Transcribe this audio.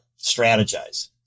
strategize